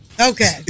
Okay